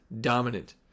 Dominant